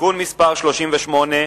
(תיקון מס' 38),